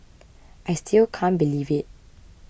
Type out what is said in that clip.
I still can't believe it